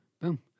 Boom